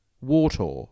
water